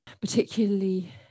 particularly